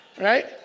right